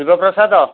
Shivprasad